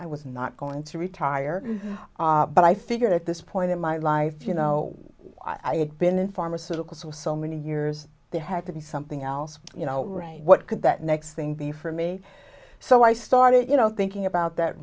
i was not going to retire but i figured at this point in my life you know i had been in pharmaceuticals or so many years there had to be something else you know what could that next thing be for me so i started you know thinking about that